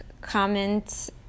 Comment